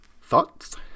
Thoughts